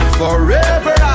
forever